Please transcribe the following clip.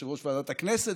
יושב-ראש ועדת הכנסת,